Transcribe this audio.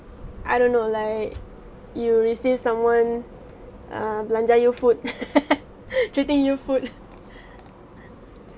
I don't know like you receive someone err belanja you food treating you food